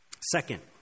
Second